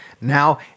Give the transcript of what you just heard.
Now